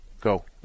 Go